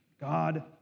God